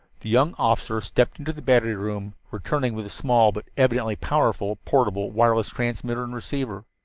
the young officer stepped into the battery room, returning with a small, but evidently powerful, portable wireless transmitter and receiver.